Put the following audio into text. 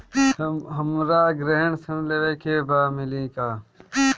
हमरा गृह ऋण लेवे के बा मिली का?